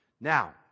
Now